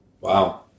Wow